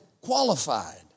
qualified